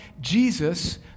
Jesus